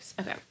Okay